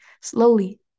slowly